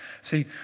see